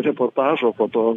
reportažo po to